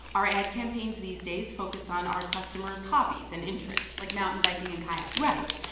our ad campaigns these days focus on our customers' hobbies and interests like mountain biking and kayaking right.